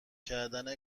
کردن